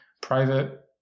private